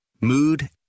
mood